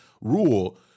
rule